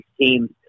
teams